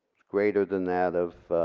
greater than that of